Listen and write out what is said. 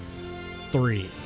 three